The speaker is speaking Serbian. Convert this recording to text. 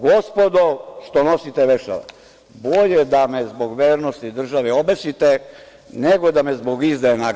Gospodo što nosite vešala bolje da me zbog vernosti države obesite nego da me zbog izdaje nagradite.